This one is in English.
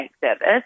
service